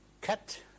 cut